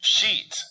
Sheet